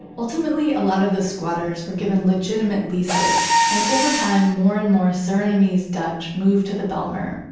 ultimately, a lot of the squatters were given legitimate leases. and over time, more and more surinamese dutch moved to the bijlmer,